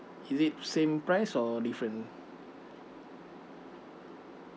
is it same price or different